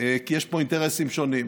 כי יש פה אינטרסים שונים.